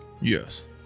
Yes